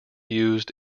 used